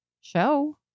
show